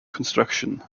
construction